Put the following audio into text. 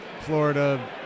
Florida